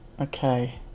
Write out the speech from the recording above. Okay